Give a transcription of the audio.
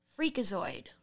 freakazoid